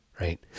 Right